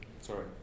sorry